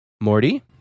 Morty